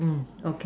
okay